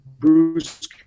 Bruce